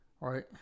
right